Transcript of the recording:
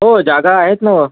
हो जागा आहेत न